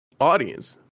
audience